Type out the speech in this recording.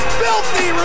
filthy